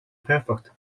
perfect